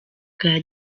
bwa